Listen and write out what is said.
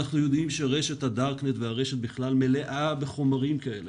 אנחנו יודעים שרשת ה-דארקנס והרשת בכלל מלאה בחומרים כאלה.